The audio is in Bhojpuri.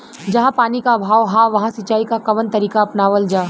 जहाँ पानी क अभाव ह वहां सिंचाई क कवन तरीका अपनावल जा?